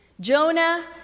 Jonah